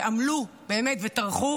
שעמלו באמת וטרחו